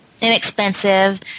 inexpensive